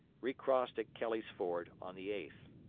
recrossed at kelly's ford on the eighth.